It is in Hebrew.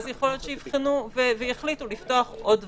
יכול להיות שיבחנו ויחליטו לפתוח עוד דברים.